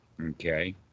okay